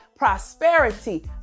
prosperity